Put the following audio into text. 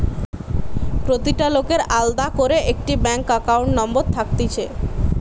প্রতিটা লোকের আলদা করে একটা ব্যাঙ্ক একাউন্ট নম্বর থাকতিছে